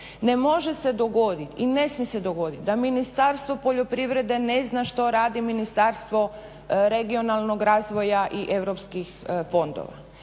Ne može se dogodit i ne smije se dogodit da Ministarstvo poljoprivrede ne zna što radi Ministarstvo regionalnog razvoja i europskih fondova.